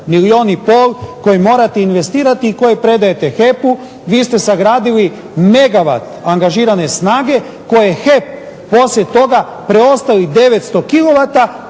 milijun i pol koji morate investirati i koji predajete HEP-u. Vi ste sagradili megawat angažirane snage koje HEP poslije toga preostali 900